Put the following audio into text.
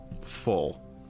full